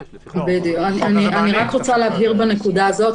אני רק רוצה להבהיר בנקודה הזאת,